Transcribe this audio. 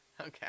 Okay